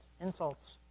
insults